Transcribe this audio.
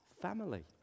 family